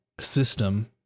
system